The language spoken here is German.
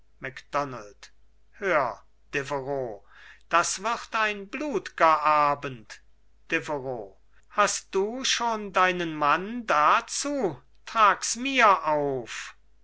hör deveroux das wird ein blutger abend deveroux hast du schon deinen mann dazu trags mir auf